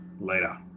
Later